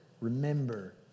remember